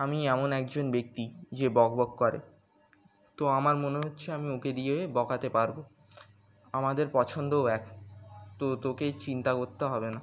আমি এমন একজন ব্যক্তি যে বকবক করে তো আমার মনে হচ্ছে আমি ওকে দিয়ে বকাতে পারবো আমাদের পছন্দও এক তো তোকে চিন্তা করতে হবে না